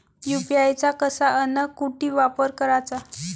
UPI चा कसा अन कुटी वापर कराचा?